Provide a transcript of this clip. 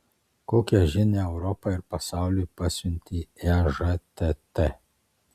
kokią žinią europai ir pasauliui pasiuntė ežtt